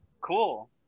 Cool